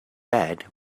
bed